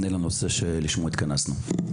נפנה לנושא שלשמו התכנסנו.